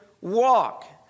walk